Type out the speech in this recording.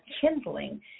kindling